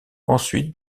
ensuite